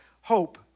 hope